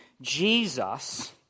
Jesus